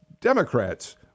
Democrats